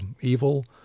evil